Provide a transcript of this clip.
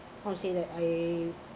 how to say that I